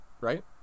right